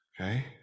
okay